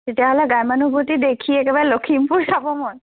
তেতিয়াহ'লে গ্ৰাম্য়ানুভূতি দেখি একেবাৰে লখিমপুৰ চাব মন